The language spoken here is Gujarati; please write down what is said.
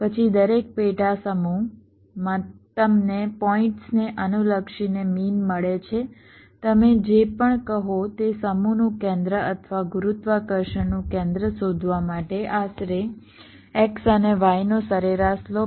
પછી દરેક પેટા સમૂહમાં તમને પોઈન્ટ્સને અનુલક્ષીને મીન મળે છે તમે જે પણ કહો તે સમૂહનું કેન્દ્ર અથવા ગુરુત્વાકર્ષણનું કેન્દ્ર શોધવા માટે આશરે x અને y નો સરેરાશ લો